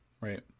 right